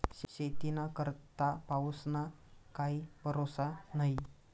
शेतीना करता पाऊसना काई भरोसा न्हई